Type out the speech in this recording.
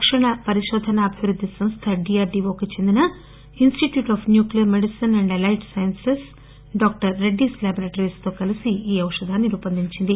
రక్షణ పరిశోధన అభివృద్ది సంస్థ డీఆర్డీవోకి చెందిన institute of nuclear medicine and allied sciences doctor Reddy's laboratories తో కలిసి ఈ ఔషధాన్ని రూపొందించింది